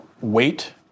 wait